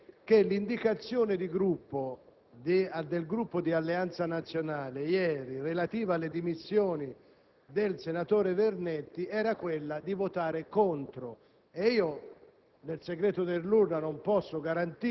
preoccupazione ad affermare che ieri l'indicazione di Gruppo di Alleanza Nazionale relativa alle dimissioni del senatore Vernetti era di votare contro.